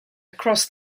across